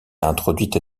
introduite